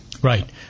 Right